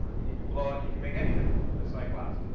and you can blow it and you can make anything, just like glass.